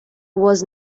was